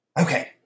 Okay